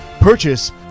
Purchase